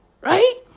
right